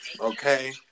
Okay